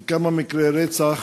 4. בכמה מקרי רצח